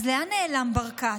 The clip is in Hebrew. אז לאן נעלם ברקת?